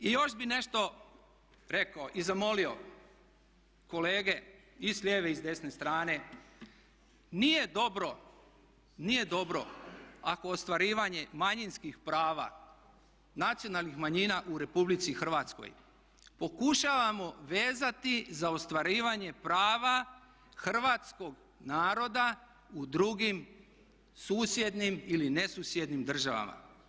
I još bih nešto rekao i zamolio kolege i s lijeve i s desne strane, nije dobro, nije dobro ako ostvarivanje manjinskih prava nacionalnih manjina u Republici Hrvatskoj pokušavamo vezati za ostvarivanje prava hrvatskog naroda u drugim susjednim ili nesusjednim državama.